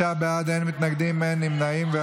26 בעד, אין מתנגדים, אין נמנעים.